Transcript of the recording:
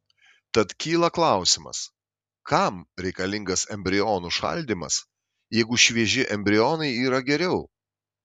tad kyla klausimas kam reikalingas embrionų šaldymas jeigu švieži embrionai yra geriau